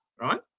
right